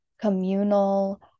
communal